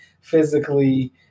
physically